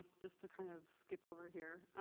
just to kind of skip over here,